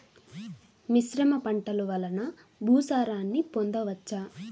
మిశ్రమ పంటలు వలన భూసారాన్ని పొందవచ్చా?